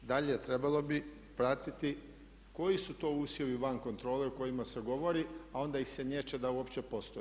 Dalje, trebalo bi pratiti koji su to usjevi van kontrole o kojima se govori, a onda ih se niječe da uopće postoje.